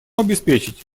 обеспечить